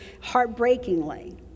heartbreakingly